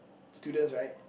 students right